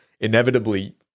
inevitably